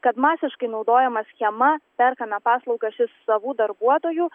kad masiškai naudojama schema perkame paslaugas iš savų darbuotojų